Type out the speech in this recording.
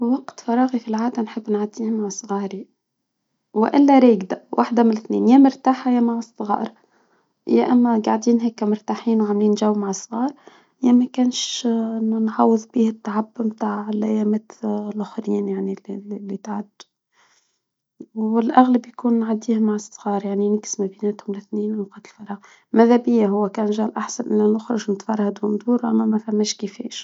وقت فراغي في العادة نحب نعديه مع صغاري، والا راجدة واحدة من الاثنين، يا مرتاحة يا مع الصغار، يا أما قاعدين هيك مرتاحين وعاملين جو مع صغار، يعني ما كانش إنه نحوس بيه التعب بتاع الأيامات الآخرين يعني اللي تعدوا، والاغلب يكون معديها مع الصغار. يعني نقسم بيناتهم الاثنين أوقات الفراغ، ماذا بيا هو كان جال أحسن أنا نخرج نتفرهد وندور، أنا مفهمناش كيفاش.